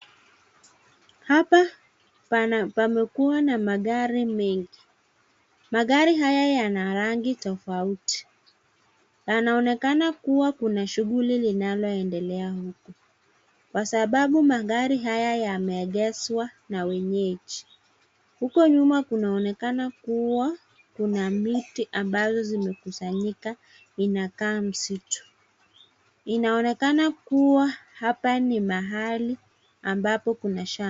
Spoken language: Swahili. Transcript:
Hapa pamekuwa na magari mengi, magari haya yana rangi tofauti, yanaonekana kuwa kuna shughuli linaloendelea huku kwasababu magari haya yameegheshwa na wenyeji, huko nyuma kunaonekana kuwa kuna miti ambazo zimekusanyika inakaa msitu, inaonekana kuwa hapa ni mahali ambapo kuna shamba.